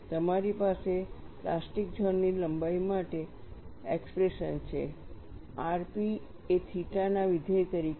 તમારી પાસે plastic zone ની લંબાઈ માટે એક્સપ્રેશન છે rp એ થીટા ના વિધેય તરીકે છે